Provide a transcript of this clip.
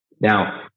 Now